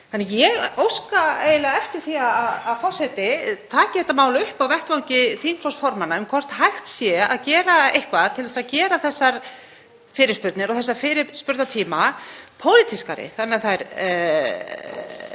Þannig að ég óska eiginlega eftir því að forseti taki þetta mál upp á vettvangi þingflokksformanna, hvort hægt sé að gera eitthvað til að gera þessar fyrirspurnir, þessa fyrirspurnatíma, pólitískari þannig að þær